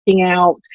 out